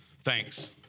thanks